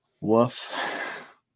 woof